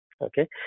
Okay